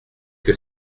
que